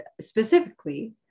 specifically